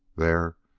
there!